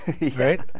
right